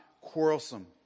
quarrelsome